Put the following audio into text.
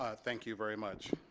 ah thank you very much